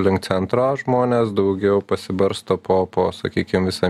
link centro žmonės daugiau pasibarsto po po sakykim visą